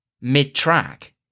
mid-track